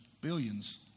billions